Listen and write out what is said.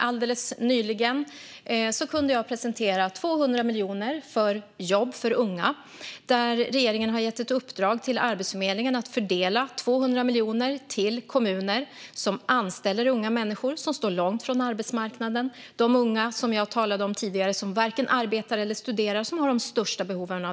Alldeles nyligen presenterade jag en satsning om 200 miljoner på jobb för unga. Regeringen har gett Arbetsförmedlingen i uppdrag att fördela 200 miljoner till kommuner som anställer unga människor som står långt från arbetsmarknaden, alltså de unga jag talade om tidigare som varken arbetar eller studerar och har de största behoven.